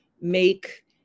make